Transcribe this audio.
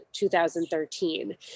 2013